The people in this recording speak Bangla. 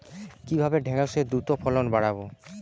কিভাবে ঢেঁড়সের দ্রুত ফলন বাড়াব?